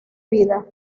vida